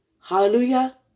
Hallelujah